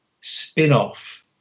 spin-off